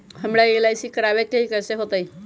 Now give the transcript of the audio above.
हमरा एल.आई.सी करवावे के हई कैसे होतई?